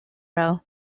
row